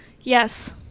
Yes